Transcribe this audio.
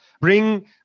bring